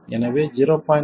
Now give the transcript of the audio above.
எனவே 0